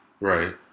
Right